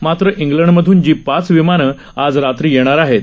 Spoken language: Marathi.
मात्र इंग्लंडमधूनजीपाचविमानंआजआजरात्रीयेणारआहेत